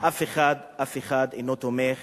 אף אחד אינו תומך